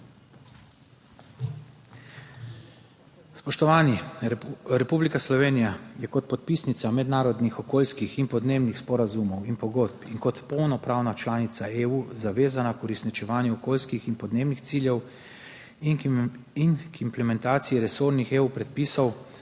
Spoštovani! Republika Slovenija je kot podpisnica mednarodnih okoljskih in podnebnih sporazumov ter pogodb in kot polnopravna članica EU zavezana k uresničevanju okoljskih in podnebnih ciljev in k implementaciji resornih predpisov